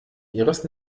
ihres